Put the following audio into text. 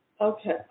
Okay